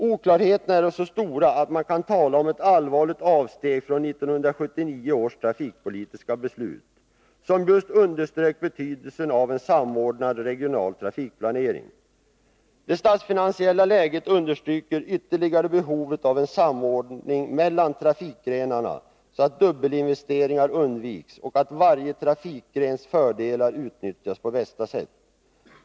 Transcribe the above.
Oklarheterna är så stora att man kan tala om ett allvarligt avsteg från 1979 års trafikpolitiska beslut, som just underströk betydelsen av en samordnad regional trafikplanering. Det statsfinansiella läget understryker ytterligare behovet av en samordning mellan trafikgrenarna, så att dubbelinvesteringar undviks och så att varje trafikgrens fördelar utnyttjas på bästa sätt.